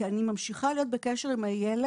כי אני ממשיכה להיות בקשר עם הילד,